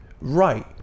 right